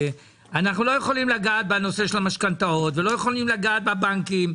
אנחנו לא יכולים לגעת בנושא של המשכנתאות ולא יכולים לגעת בבנקים,